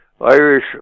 Irish